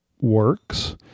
works